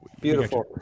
Beautiful